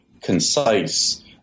concise